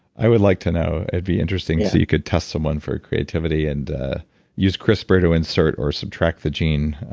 i would like to know. it would be interesting so you could test someone for creativity and use crispr to insert or subtract the gene,